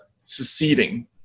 seceding